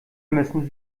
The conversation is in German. müssen